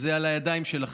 וזה על הידיים שלכם.